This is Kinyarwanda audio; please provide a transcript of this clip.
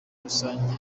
rusange